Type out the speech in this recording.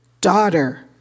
daughter